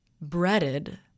breaded